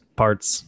parts